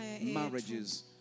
marriages